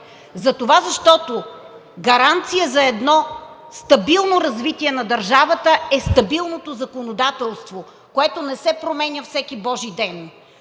ишлеме, защото гаранцията за едно стабилно развитие на държавата е стабилното законодателство, което не се променя всеки божи ден.